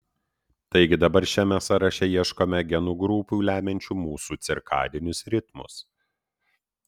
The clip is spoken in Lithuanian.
taigi dabar šiame sąraše ieškome genų grupių lemiančių mūsų cirkadinius ritmus